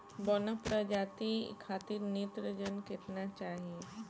बौना प्रजाति खातिर नेत्रजन केतना चाही?